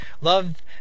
love